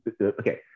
okay